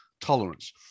tolerance